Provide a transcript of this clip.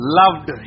loved